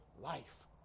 life